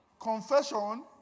Confession